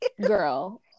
girl